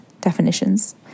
definitions